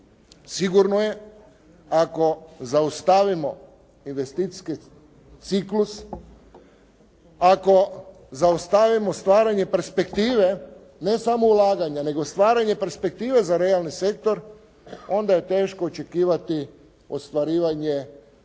Sigurno je ako zaustavimo investicijski ciklus, ako zaustavimo stvaranje perspektive, ne samo ulaganja, nego stvaranje perspektive za realni sektor, onda je teško očekivati ostvarivanje onog